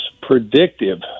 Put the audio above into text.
predictive